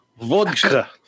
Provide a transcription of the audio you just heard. Vodka